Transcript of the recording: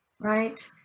Right